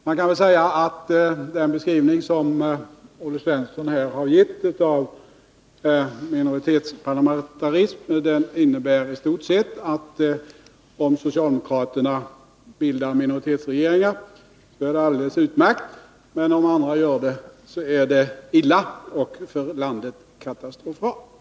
Man kan väl säga att den beskrivning som Olle Svensson här har gett av minoritetsparlamentarism i stort sett innebär att om socialdemokraterna bildar minoritetsregeringar är det alldeles utmärkt, men om andra gör det, så är det illa och för landet katastrofalt.